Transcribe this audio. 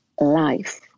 life